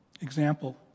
example